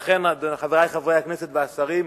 לכן, חברי חברי הכנסת והשרים,